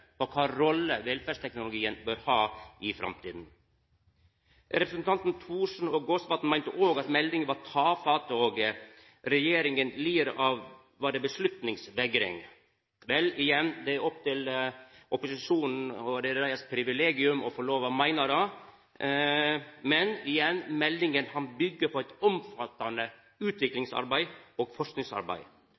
kva rolle velferdsteknologien bør ha i framtida. Representantane Thorsen og Gåsvatn meinte òg at meldinga var tafatt, og at regjeringa lir av «beslutningsvegring». Det er opp til opposisjonen, og det er deira privilegium å få meina det, men igjen – meldinga byggjer på eit omfattande utviklings- og forskingsarbeid.